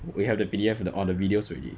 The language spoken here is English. we have the P_D_F of all the videos already